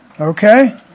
Okay